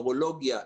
נוירולוגיה,